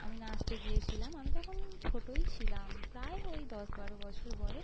আমি নাচতে গিয়েছিলাম আমি তখন ছোটই ছিলাম প্রায় ওই দশ বারো বছর বয়স